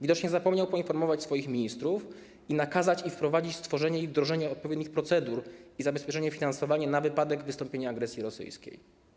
Widocznie zapomniał poinformować swoich ministrów i nakazać im wprowadzić stworzenie i wdrożenie odpowiednich procedur i zabezpieczenie finansowania na wypadek wystąpienia agresji rosyjskiej.